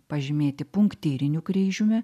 pažymėti punktyriniu kryžiumi